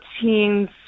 teens